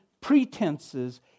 pretenses